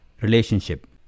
relationship